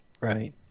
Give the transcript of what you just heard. Right